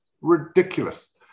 Ridiculous